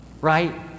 right